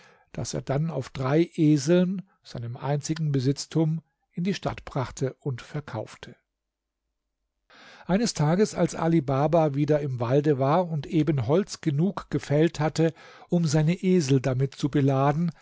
das er dann auf drei eseln seinem einzigen besitztum in die stadt brachte und verkaufte eines tages als ali baba wieder im walde war und eben holz genug gefällt hatte um seine esel damit zu beladen